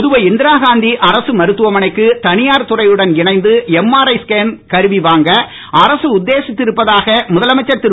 புதுவை இந்திராகாந்தி அரச மருத்துவ மனைக்கு தனியார் துறையுடன் இணைந்து எம்ஆர்ஐ ஸ்கேன் கருவி வாங்க அரசு உத்தேசித்து இருப்பதாக முதலமைச்சர் திரு